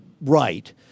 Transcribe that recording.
right